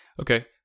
okay